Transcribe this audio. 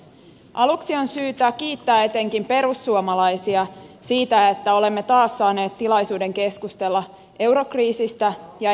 aluksi on syytä kiittää etenkin perussuomalaisia siitä että olemme taas saaneet tilaisuuden keskustella eurokriisistä ja eusta